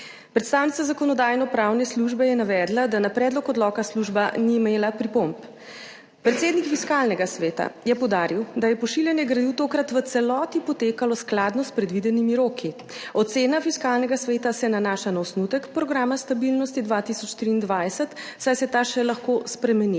Predstavnica Zakonodajno-pravne službe je navedla, **3. TRAK: (NB) – 15.35** (Nadaljevanje) da na predlog odloka služba ni imela pripomb. Predsednik Fiskalnega sveta je poudaril, da je pošiljanje gradiv tokrat v celoti potekalo skladno s predvidenimi roki. Ocena Fiskalnega sveta se nanaša na osnutek programa stabilnosti 2023, saj se ta še lahko spremeni.